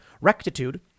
rectitude